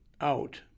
out